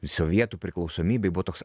sovietų priklausomybėj buvo toks